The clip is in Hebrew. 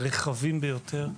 הרחבים ביותר.